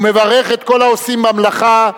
ומברך את כל העושים במלאכה,